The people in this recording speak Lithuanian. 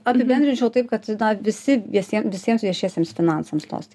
apibendrinčiau taip kad visi visiem visiems viešiesiems finansams tos tai